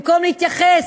במקום להתייחס,